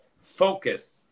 focus